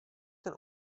ten